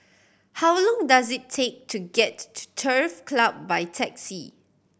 how long does it take to get to Turf Club by taxi